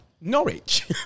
Norwich